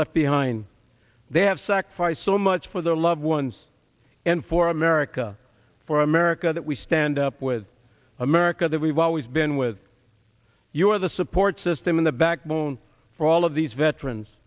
left behind they have sacrificed so much for their loved ones and for america for america that we stand up with america that we've always been with you are the support system in the backbone for all of these veterans